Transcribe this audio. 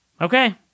Okay